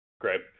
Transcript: Great